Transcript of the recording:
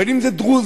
בין אם זה דרוזי,